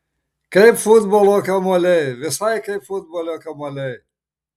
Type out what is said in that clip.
kaip futbolo kamuoliai visai kaip futbolo kamuoliai